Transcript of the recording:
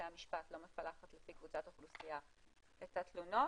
המשפט לא מפלחת לפי קבוצות אוכלוסייה את התלונות.